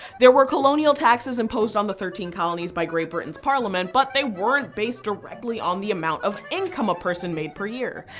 there were colonial taxes imposed on the thirteen colonies by great britain's parliament but they weren't based directly on the amount of income a person made per year.